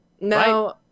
No